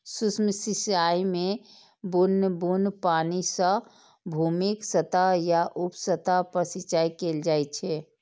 सूक्ष्म सिंचाइ मे बुन्न बुन्न पानि सं भूमिक सतह या उप सतह पर सिंचाइ कैल जाइ छै